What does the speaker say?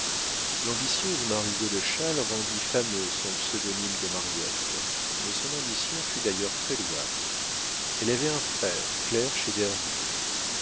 l'ambitieuse marie godeschal rendit fameux son pseudonyme de mariette mais son ambition fut d'ailleurs très louable elle avait un frère clerc chez